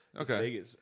Okay